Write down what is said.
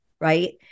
right